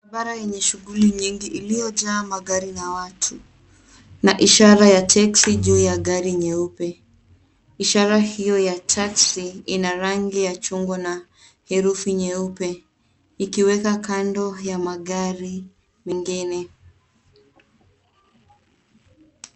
Barabara lenye shughuli nyingi iliojaa magari na watu na ishara ya teksi juu ya gari nyeupe, ishara ya Taxi ina rangi ya chungwa na herufi nyeupe iki weka kando ya magari mingine